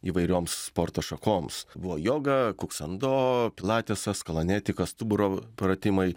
įvairioms sporto šakoms buvo joga kuksando pilatesas kalanetika stuburo pratimai